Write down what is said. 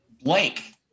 Blake